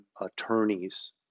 attorneys